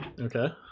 Okay